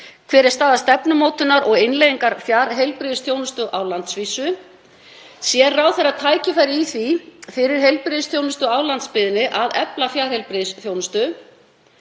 Hver er staða stefnumótunar og innleiðingar fjarheilbrigðisþjónustu á landsvísu? Sér ráðherra tækifæri í því fyrir heilbrigðisþjónustu á landsbyggðinni að efla fjarheilbrigðisþjónustu?